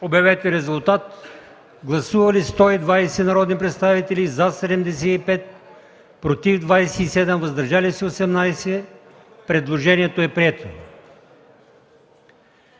Добрев. Гласували 120 народни представители: за 75, против 27, въздържали се 18. Предложението е прието.